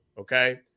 okay